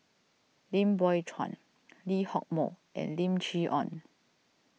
Lim Biow Chuan Lee Hock Moh and Lim Chee Onn